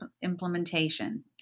implementation